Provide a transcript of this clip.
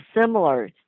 similar